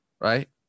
right